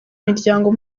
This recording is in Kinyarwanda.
miryango